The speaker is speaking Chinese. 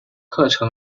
课程